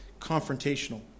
confrontational